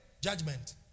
Judgment